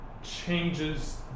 changes